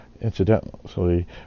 incidentally